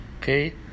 okay